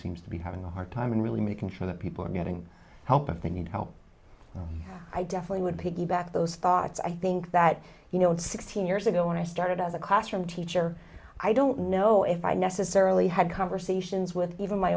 seems to be having a hard time and really making sure that people are getting help and they need help i definitely would piggyback those thoughts i think that you know in sixteen years ago when i started as a classroom teacher i don't know if i necessarily had conversations with even my